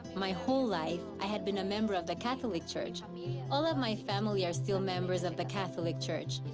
my whole life, i had been a member of the catholic church. i mean yeah all of my family are still members of the catholic church.